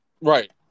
Right